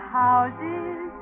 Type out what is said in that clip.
houses